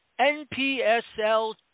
NPSL